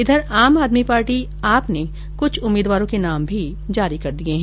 इधर आम आदमी पार्टी आप ने कुछ उम्मीदवारों के नाम भी जारी कर दिये है